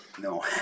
no